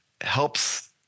helps